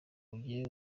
ugiye